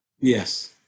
yes